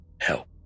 help